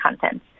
content